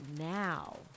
now